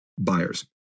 buyers